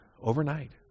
Overnight